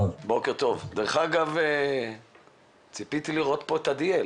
דרך אגב, ציפיתי לראות כאן את עמיאל.